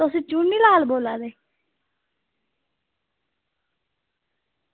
तुस चुनी लाल बोल्ला नै